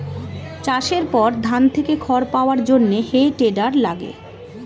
চাষের পর ধান থেকে খড় পাওয়ার জন্যে হে টেডার লাগে